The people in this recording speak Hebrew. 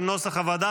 כנוסח הוועדה,